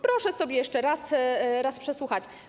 Proszę sobie jeszcze raz przesłuchać.